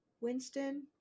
Winston